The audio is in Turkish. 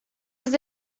yüz